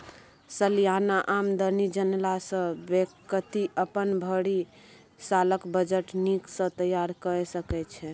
सलियाना आमदनी जनला सँ बेकती अपन भरि सालक बजट नीक सँ तैयार कए सकै छै